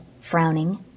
frowning